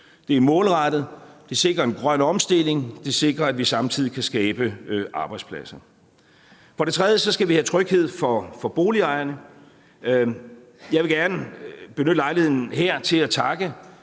det er målrettet, det sikrer en grøn omstilling, og det sikrer, at vi samtidig kan skabe arbejdspladser. For det tredje skal vi have tryghed for boligejerne. Jeg vil gerne benytte lejligheden her til at takke